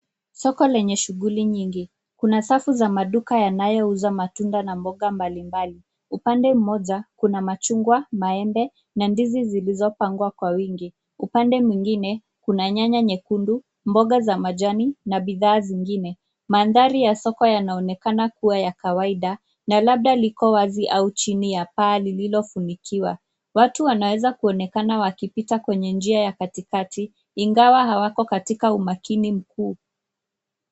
Soko lenye shughuli nyingi. Kuna safu za maduka yanayouza matunda na mboga mbalimbali. Upande mmoja, kuna machungwa, maembe, na ndizi zilizopangwa kwa wingi. Upande mwingine, kuna nyanya nyekundu, mboga za majani, na bidhaa zingine. Mandhari ya soko yanaonekana kuwa ya kawaida, na labda liko wazi au chini ya paa lililofunikiwa. Watu wanaweza kuonekana wakipita kwenye njia ya katikati, ingawa hawako katika umakini mkuu.